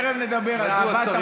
תכף נדבר על זה.